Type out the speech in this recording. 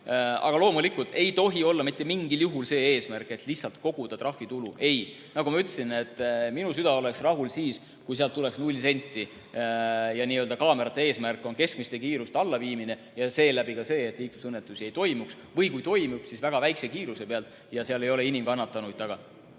Aga loomulikult ei tohi olla mitte mingil juhul eesmärk lihtsalt koguda trahvitulu. Ei. Nagu ma ütlesin, minu süda oleks rahul siis, kui sealt tuleks null senti. Kaamerate eesmärk on keskmise kiiruse allaviimine ja seeläbi ka see, et liiklusõnnetusi ei toimuks või kui toimub, siis väga väikese kiiruse pealt ja seal ei ole inimkannatanuid.